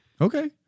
Okay